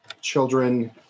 children